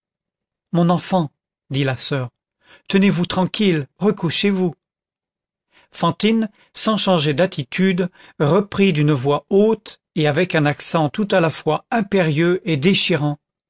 mon enfant dit la soeur tenez-vous tranquille recouchez-vous fantine sans changer d'attitude reprit d'une voix haute et avec un accent tout à la fois impérieux et déchirant